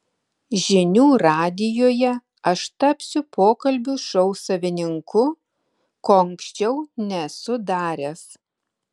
žinių radijuje aš tapsiu pokalbių šou savininku ko anksčiau nesu daręs